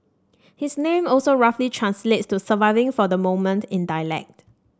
his name also roughly translates to surviving for the moment in dialect